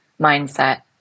mindset